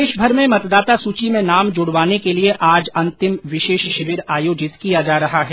प्रदेशभर में मतदाता सूची में नाम जुड़वाने के लिए आज अंतिम विशेष शिविर आयोजित किया जा रहा है